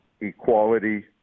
equality